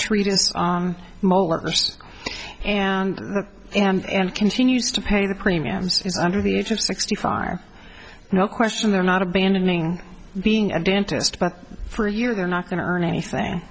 treatise on mowers and and continues to pay the premiums under the age of sixty five no question they're not abandoning being a dentist but for a year they're not going to earn anything